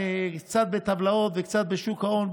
קצת בטבלאות וקצת בשוק ההון,